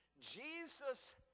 Jesus